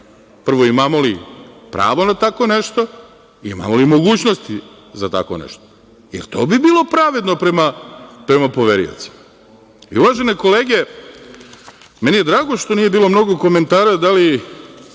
Prvo, imamo li pravo na tako nešto, imamo li mogućnosti za tako nešto? To bi bilo pravedno prema poveriocima. Uvažene kolege, meni je drago što nije bilo mnogo komentara da li